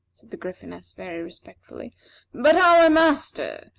the gryphoness, very respectfully but our master,